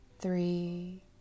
three